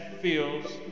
feels